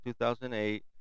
2008